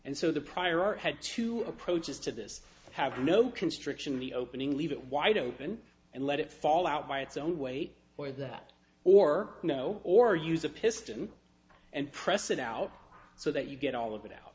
and so the prior art had two approaches to this have no constriction in the opening leave it wide open and let it fall out by its own weight or that or no or use a piston and press it out so that you get all of it out